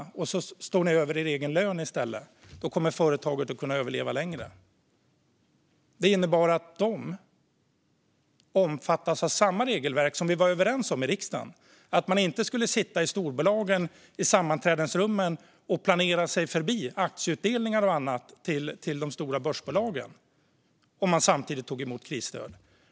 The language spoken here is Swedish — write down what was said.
Så ska de i stället stå över den egna lönen och företaget kommer att överleva längre. Detta innebar att företaget omfattades av samma regelverk som vi var överens om i riksdagen, det vill säga att man inte skulle sitta i storbolagens sammanträdesrum och planera sig förbi aktieutdelningar och annat och samtidigt ta emot krisstöd.